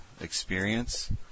experience